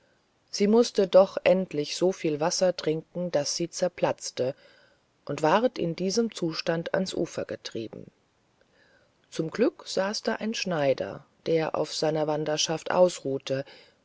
sie mußte doch endlich so viel wasser trinken daß sie zerplatzte und ward in diesem zustand ans ufer getrieben zum glück saß da ein schneider der auf seiner wanderschaft ausruhte